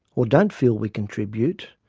or don't feel we contribute,